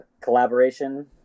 collaboration